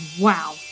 Wow